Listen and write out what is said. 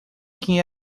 quem